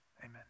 Amen